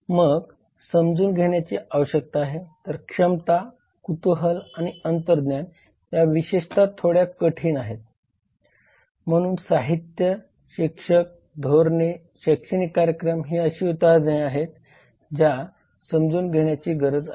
मग समजून घेण्याची आवश्यकता आहे तर क्षमता कुतूहल आणि अंतर्ज्ञान या विशेषता थोड्या कठीण आहेत म्हणून साहित्य शिक्षक धोरणे शैक्षणिक कार्यक्रम ही अशी उदाहरणे आहेत ज्या समजून घेण्याची गरज आहे